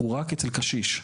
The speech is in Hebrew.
הוא רק אצל קשיש.